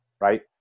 right